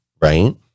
right